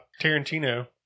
Tarantino